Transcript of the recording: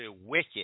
wicked